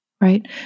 right